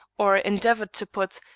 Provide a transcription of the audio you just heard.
or endeavored to put,